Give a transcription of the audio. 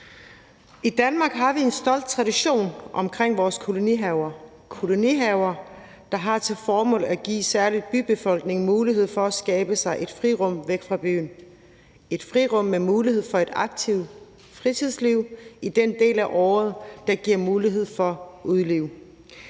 I Danmark har vi en stolt tradition omkring vores kolonihaver. Kolonihaverne har til formål at give særlig bybefolkningen en mulighed for at skabe sig et frirum væk fra byen – et frirum med mulighed for et aktivt fritidsliv i den del af året, der giver mulighed for udeliv.